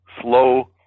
slow